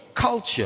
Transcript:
culture